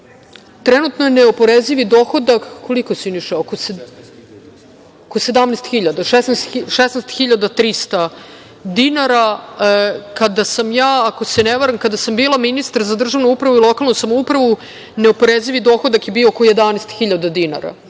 Trenutno je neoporezivi dohodak oko 16.300 dinara. Kada sam ja, ako se ne varam, kada sam bila ministar za državnu upravu i lokalnu samoupravu, neoporezivi dohodak je bio oko 11.000 dinara.